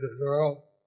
girl